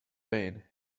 pain